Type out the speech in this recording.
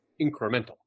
incremental